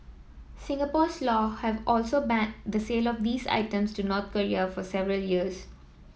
Singapore's law have also banned the sale of these items to North Korea for several years